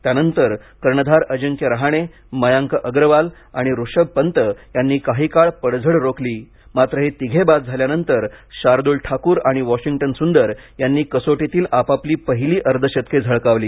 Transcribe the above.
त्यानंतर कर्णधार अजिंक्य रहाणे मयांक अगरवाल आणि ऋषभ पंत यांनी काही काळ पडझड रोखली मात्र हे तिघे बाद झाल्यानंतर शार्दुल ठाकूर आणि वाशिंग्टन सुंदर यांनी कसोटीतील आपापली पहिली अर्धशतके झळकावली